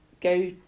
go